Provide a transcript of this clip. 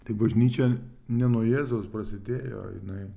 tai bažnyčia ne nuo jėzaus prasidėjo jinai